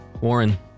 Warren